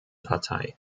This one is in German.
partei